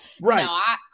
Right